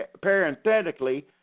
parenthetically